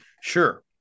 sure